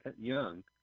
Young